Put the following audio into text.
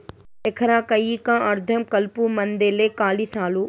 ఎకరా కయ్యికా అర్థం కలుపుమందేలే కాలి సాలు